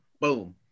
boom